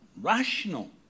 rational